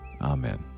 Amen